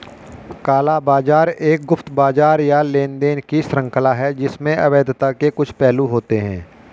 काला बाजार एक गुप्त बाजार या लेनदेन की श्रृंखला है जिसमें अवैधता के कुछ पहलू होते हैं